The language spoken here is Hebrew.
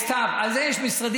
סתיו, על זה יש משרדים.